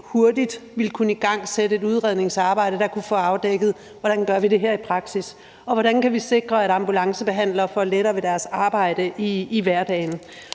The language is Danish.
hurtigt ville kunne igangsætte et udredningsarbejde, der kunne få afdækket, hvordan vi gør det her i praksis, og hvordan vi kan sikre, at ambulancebehandlere får lettere ved at gøre deres arbejde i hverdagen.